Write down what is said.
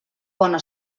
bona